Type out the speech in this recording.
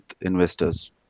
investors